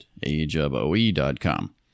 ageofoe.com